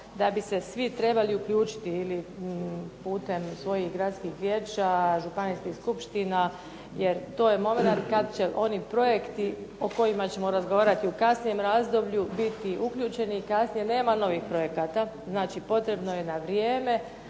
da bi se svi trebali uključiti ili putem svojih gradskih vijeća, županijskih skupština, jer to je momenat kad će oni projekti o kojima ćemo razgovarati u kasnijem razdoblju biti uključeni, kasnije nema novih projekata, znači potrebno je na vrijeme